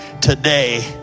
today